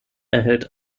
erhält